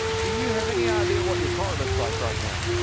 do you have any idea what your car looks like right now?